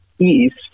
East